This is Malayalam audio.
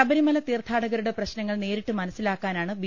ശബരിമല തീർത്ഥാടകരുടെ പ്രശ്നങ്ങൾ നേരിട്ട് മനസ്സിലാക്കാനാണ് ബി